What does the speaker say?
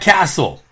Castle